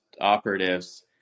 operatives